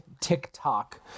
TikTok